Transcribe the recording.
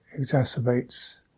exacerbates